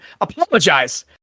apologize